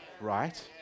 right